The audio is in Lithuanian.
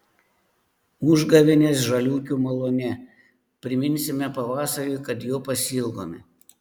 užgavėnės žaliūkių malūne priminsime pavasariui kad jo pasiilgome